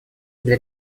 для